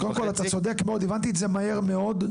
אתה צודק מאוד, הבנתי את זה מהר מאוד.